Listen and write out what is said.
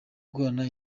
guhorana